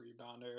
rebounder